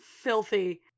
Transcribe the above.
filthy